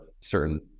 certain